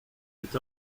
cet